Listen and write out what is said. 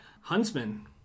Huntsman